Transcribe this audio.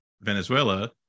Venezuela